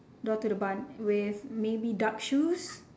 door to the barn with maybe dark shoes